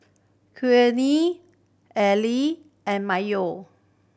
Quinn Allie and Mayo